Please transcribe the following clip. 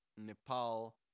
Nepal